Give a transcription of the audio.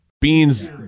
Beans